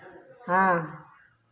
हाँ